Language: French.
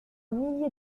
millier